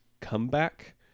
comeback